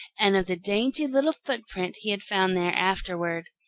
and of the dainty little footprint he had found there afterward.